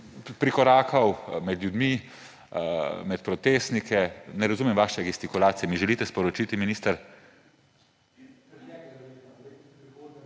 prikorakal med ljudi, med protestnike. Ne razumem vaše gestikulacije, mi želite sporočiti, minister?